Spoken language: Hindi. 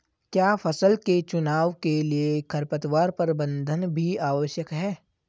क्या फसल के चुनाव के लिए खरपतवार प्रबंधन भी आवश्यक है?